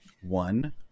one